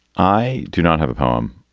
i do not have a home.